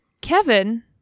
Kevin